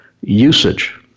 Usage